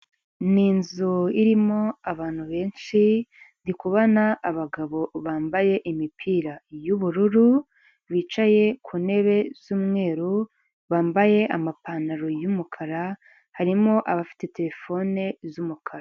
Ni inzu irimo abantu benshi ndi kubona abagabo bambaye imipira y'ubururu bicaye ku ntebe z'umweru bambaye amapantaro y’umukara harimo abafite terefoni z'umukara.